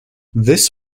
this